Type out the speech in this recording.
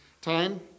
time